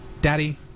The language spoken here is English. Daddy